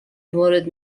وارد